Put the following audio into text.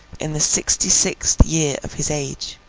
in the sixty-sixth year of his age.